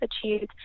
achieved